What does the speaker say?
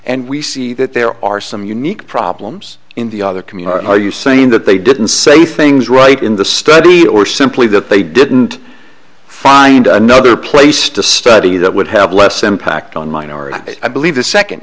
and we see that there are some unique problems in the other communities are you saying that they didn't say things right in the study or simply that they didn't find another place to study that would have less impact on minority i believe the second